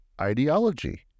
ideology